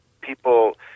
people